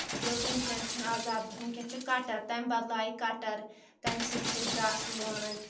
تہٕ وٕنکؠن چھُنہٕ عزاب وٕنکؠن چھِ کَٹَر تَمہِ بَدلایہِ کَٹَر تَمہِ سۭتۍ چھِ أسۍ گاسہٕ لونان